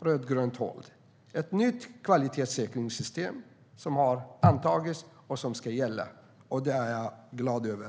rödgrönt håll levererat ett nytt kvalitetssäkringssystem som har antagits och som ska gälla. Det är jag stolt och glad över.